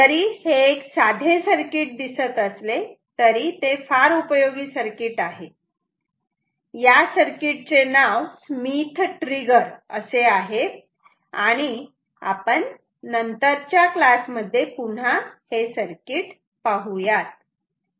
जरी हे एक साधे सर्किट दिसत असले तरी ते फार उपयोगी सर्किट आहे आणि या सर्किटचे नाव स्मिथ ट्रिगर असे आहे तेव्हा आपण नंतर पुन्हा हे सर्किट पाहूयात